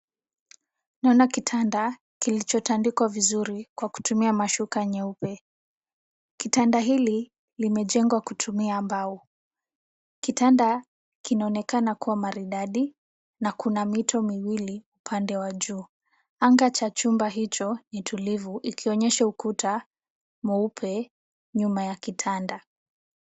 Naona kitanda kilichotandikwa vizuri kwa kutumia mashuka nyeupe. Kitanda hili limejengwa kutumia mbao. Kitanda kinaonekana kuwa maridadi na kuna mito miwili pande wa juu. Anga cha chumba hicho ni tulivu ikionyesha ukuta mweupe nyuma ya kitanda.